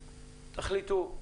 תחליטו,